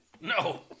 No